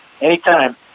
anytime